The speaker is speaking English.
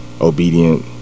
obedient